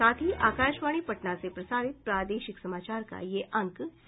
इसके साथ ही आकाशवाणी पटना से प्रसारित प्रादेशिक समाचार का ये अंक समाप्त हुआ